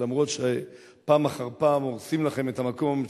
שלמרות שפעם אחר פעם הורסים לכם את המקום,